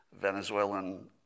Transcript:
Venezuelan